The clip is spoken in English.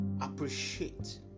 appreciate